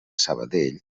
sabadell